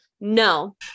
No